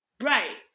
right